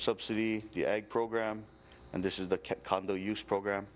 subsidy program and this is the program